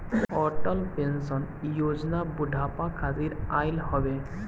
Atal pension योजना बुढ़ापा खातिर आईल हवे